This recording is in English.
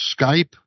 Skype